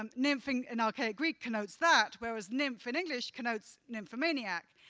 um nymph in in archaic greek connotes that, whereas nymph in english connotes nymphomaniac.